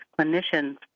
clinicians